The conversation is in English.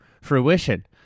fruition